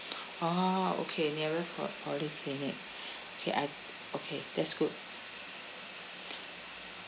orh okay nearer po~ polyclinic okay I okay that's good